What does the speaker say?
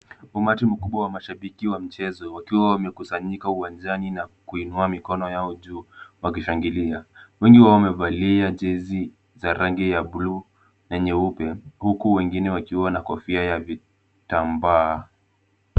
Umati mkubwa wa mashabiki wa mchezo wakiwa wamekusanyika uwanjani na kuinua mikono yao juu wakishangilia. Wengi wao wamevalia jezi za rangi ya bluu na nyeupe huku wengine wakiwa na kofia ya vitambaa.